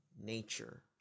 nature